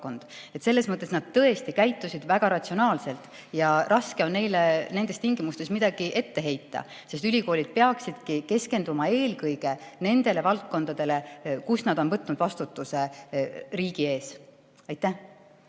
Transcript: Selles mõttes nad tõesti käitusid väga ratsionaalselt ja raske on neile nendes tingimustes midagi ette heita, sest ülikoolid peaksidki keskenduma eelkõige nendele valdkondadele, mille puhul nad on võtnud vastutuse riigi ees. Aitäh!